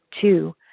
Two